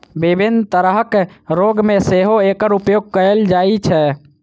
विभिन्न तरहक रोग मे सेहो एकर उपयोग कैल जाइ छै